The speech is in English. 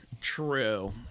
True